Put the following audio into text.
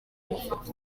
amafoto